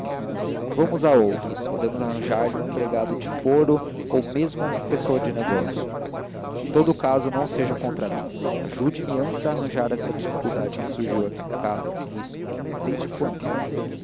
vamos a outro podemos arranjar-lhe empregado do foro ou mesmo pessoa de negócio em todo caso não seja contra mim ajude me antes a arranjar esta dificuldade que surgiu aqui em casa desde quando